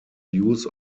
use